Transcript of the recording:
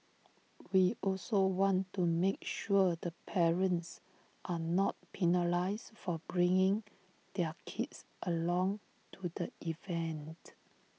we also want to make sure the parents are not penalised for bringing their kids along to the event